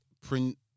print